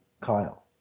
Kyle